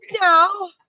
No